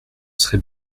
serait